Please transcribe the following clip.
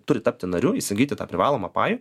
turi tapti nariu įsigyti tą privalomą pajų